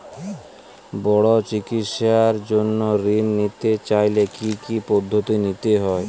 বড় চিকিৎসার জন্য ঋণ নিতে চাইলে কী কী পদ্ধতি নিতে হয়?